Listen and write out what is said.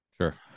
Sure